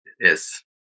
yes